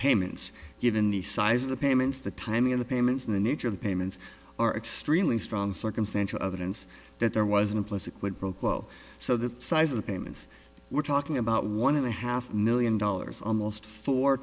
payments given the size of the payments the timing of the payments and the nature of the payments are extremely strong circumstantial evidence that there was an implicit quid pro quo so the size of the payments we're talking about one of a a half million dollars almost four